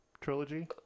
Trilogy